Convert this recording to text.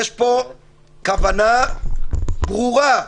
יש פה כוונה ברורה,